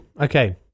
Okay